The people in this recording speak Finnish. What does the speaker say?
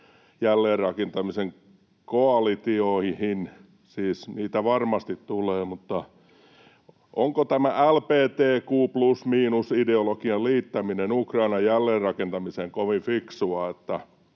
jälleenrakentamisen koalitioihin, siis niitä varmasti tulee, mutta onko tämä ”LBTQ plus miinus” -ideologian liittäminen Ukrainan jälleenrakentamiseen kovin fiksua?